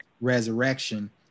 resurrection